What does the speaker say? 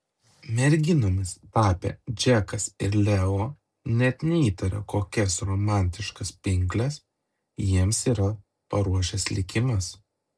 merginomis tapę džekas ir leo net neįtaria kokias romantiškas pinkles jiems yra paruošęs likimas